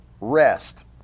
rest